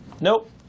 Nope